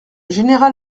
général